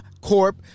Corp